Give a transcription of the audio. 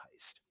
heist